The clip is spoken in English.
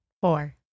four